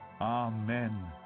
Amen